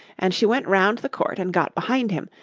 and she went round the court and got behind him,